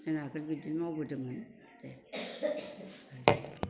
जों आगोल इदि मावबोदोंमोन